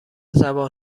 زبان